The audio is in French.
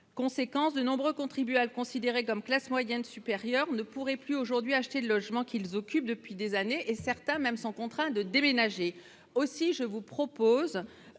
Conséquence : de nombreux contribuables considérés comme des classes moyennes supérieures ne pourraient plus aujourd'hui acheter le logement qu'ils occupent depuis des années. Certains sont même contraints de déménager. Aussi, je vous propose